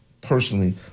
personally